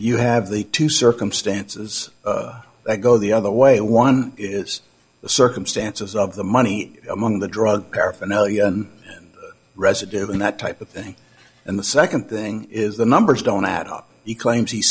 you have the two circumstances that go the other way one is the circumstances of the money among the drug paraphernalia and residue and that type of thing and the second thing is the numbers don't add up he claims he